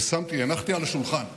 והנחתי על השולחן ארגז,